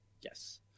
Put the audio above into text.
Yes